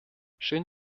schön